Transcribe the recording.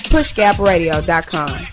Pushgapradio.com